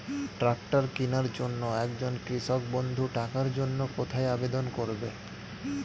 Tractor কিনার জন্য একজন কৃষক বন্ধু টাকার জন্য কোথায় আবেদন করবে?